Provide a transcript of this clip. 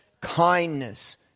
kindness